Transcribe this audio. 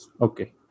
Okay